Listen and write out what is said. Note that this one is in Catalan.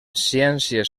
ciències